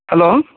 hello